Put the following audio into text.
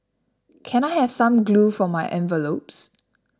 can I have some glue for my envelopes